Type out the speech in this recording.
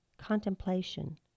contemplation